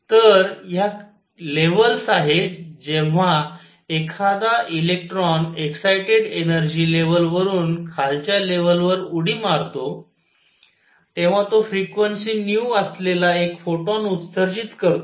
तर ह्या लेव्हल्स आहेत जेव्हा एखादा इलेक्ट्रॉन एक्ससाईटेड एनर्जी लेवल वरून खालच्या लेवल वर उडी मारतो तेव्हा तो फ्रिक्वेन्सी असलेला एक फोटॉन उत्सर्जित करतो